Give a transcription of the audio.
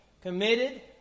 committed